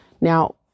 Now